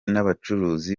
n’abacuruzi